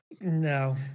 No